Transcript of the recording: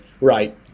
right